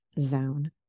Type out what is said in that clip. zone